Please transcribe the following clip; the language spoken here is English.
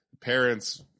parents